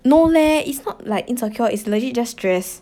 no leh it's not like insecure is legit just stress